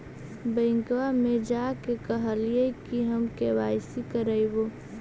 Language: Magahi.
बैंकवा मे जा के कहलिऐ कि हम के.वाई.सी करईवो?